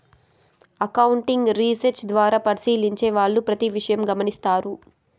accounting research ద్వారా పరిశీలించే వాళ్ళు ప్రతి విషయం గమనిత్తారు